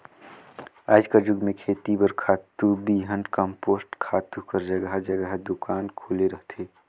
आएज कर जुग में खेती बर खातू, बीहन, कम्पोस्ट खातू कर जगहा जगहा दोकान खुले रहथे